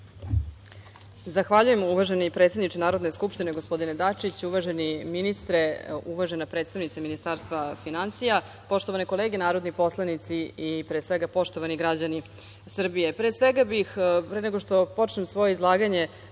Zahvaljujem. Predsedniče Narodne skupštine, gospodine Dačiću, uvaženi ministre, uvažena predstavnice Ministarstva finansija, poštovane kolege narodni poslanici i pre svega poštovani građani Srbije,